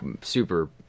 super